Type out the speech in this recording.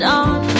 on